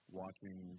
watching